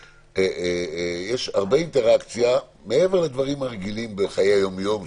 יש הרבה אינטראקציה מעבר לדברים הרגילים בחיי היום-יום,